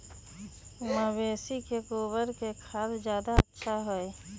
मवेसी के गोबर के खाद ज्यादा अच्छा होई?